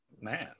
Man